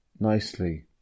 Nicely